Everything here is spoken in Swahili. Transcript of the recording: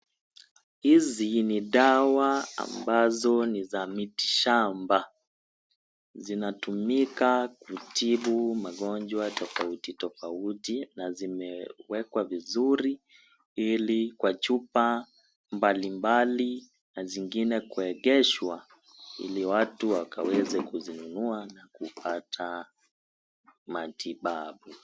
Hizi ni dawa ambazo ni za mitishamba. ZInatumika kutibu magonjwa tofautitofauti na zimewekwa vizuri ili kwa chupa mbalimbali na zingine kuegeshwa ili watu wakaweze kuzinunua na kupata matibabu.